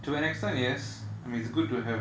to an extent yes I mean it's good to have